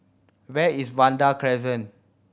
where is Vanda Crescent